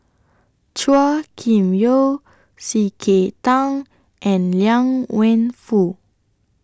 Chua Kim Yeow C K Tang and Liang Wenfu